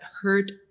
hurt